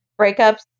breakups